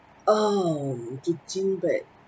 oh teaching back